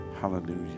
Hallelujah